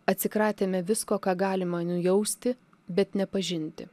atsikratėme visko ką galima nujausti bet nepažinti